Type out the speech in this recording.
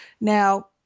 Now